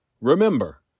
Remember